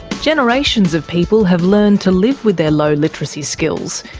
generations of people have learned to live with their low literacy skills,